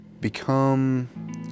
Become